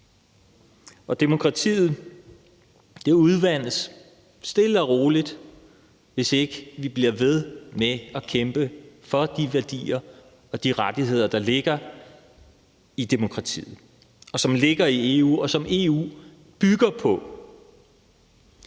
Demokratiet udvandes stille og roligt, hvis ikke vi bliver ved med at kæmpe for de værdier og de rettigheder, der ligger i demokratiet, som ligger i EU, og som EU bygger på.